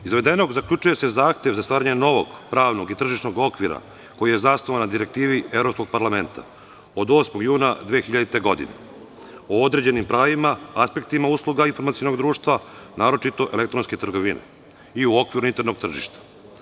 Iz navedenog zaključuje se zahtev za stvaranje novog pravnog i tržišnog okvira, koji je zasnovan na Direktivi Evropskog parlamenta od 8. juna 2000. godine, o određenim pravima, aspektima usluga informacionog društva, naročito elektronske trgovine i u okviru internog tržišta.